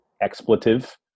expletive